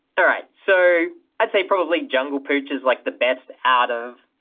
all right so i'd say probably jungle pooch is like the best out of